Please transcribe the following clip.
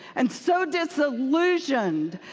and so disillusioned.